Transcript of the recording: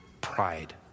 pride